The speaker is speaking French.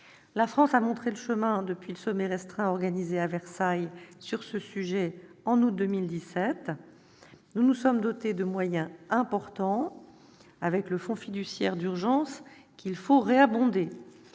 La France a montré le chemin depuis le sommet restreint organisé à Versailles sur ce sujet en août 2017. Nous nous sommes dotés de moyens importants avec le Fonds fiduciaire d'urgence qu'il faut réabonder.